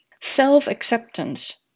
Self-acceptance